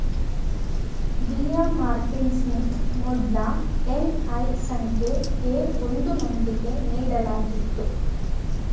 William Martin Smith ಮೊದ್ಲ N I ಸಂಖ್ಯೆ A ಒಂದು ನೊಂದಿಗೆ ನೀಡಲಾಗಿತ್ತು